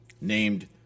named